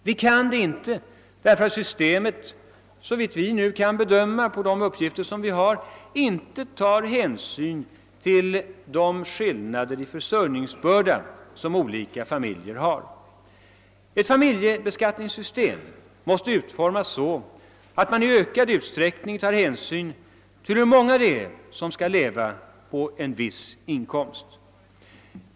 Vi kan inte detta därför att systemet, såvitt vi nu kan bedöma efter de uppgifter vi har fått, inte tar hänsyn till de skillnader i försörjningsbörda som olika familjer har. Ett familjebeskattningssystem måste utformas så att man i ökad utsträckning tar hänsyn till hur många det är som skall leva på en viss inkomst.